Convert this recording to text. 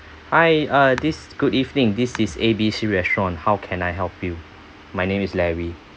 hi uh this good evening this is A B C restaurant how can I help you my name is larry